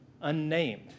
unnamed